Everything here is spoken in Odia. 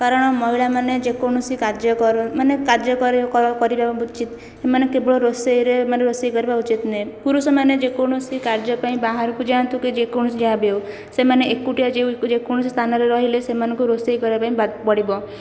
କାରଣ ମହିଳାମାନେ ଯେକୌଣସି କାର୍ଯ୍ୟ ମାନେ କାର୍ଯ୍ୟ କରିବାକୁ ଉଚିତ ସେମାନେ କେବଳ ରୋଷେଇରେ ମାନେ ରୋଷେଇ କରିବା ଉଚିତ ନୁହେଁ ପୁରୁଷମାନେ ଯେକୌଣସି କାର୍ଯ୍ୟ ପାଇଁ ବାହାରକୁ ଯାଆନ୍ତୁ କି ଯେକୌଣସି ଯାହାବି ହେଉ ସେମାନେ ଏକୁଟିଆ ଯେକୌଣସି ସ୍ଥାନରେ ରହିଲେ ସେମାନଙ୍କୁ ରୋଷେଇ କରିବା ପାଇଁ ପଡ଼ିବ